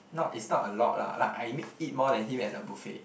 not it's not a lot lah like I eat more than him at a buffet